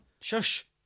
Shush